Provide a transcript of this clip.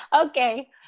Okay